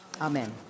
Amen